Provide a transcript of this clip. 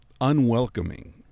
unwelcoming